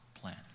plan